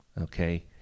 okay